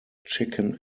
chicken